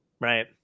Right